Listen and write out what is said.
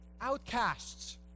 outcasts